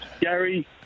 Gary